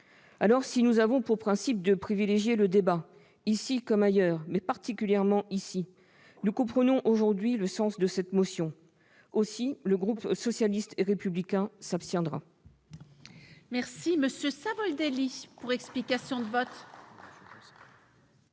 Si nous avons pour principe de privilégier le débat ici comme ailleurs, mais particulièrement dans cette enceinte, nous comprenons toutefois le sens de cette motion. Aussi le groupe socialiste et républicain s'abstiendra-t-il.